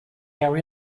our